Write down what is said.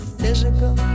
physical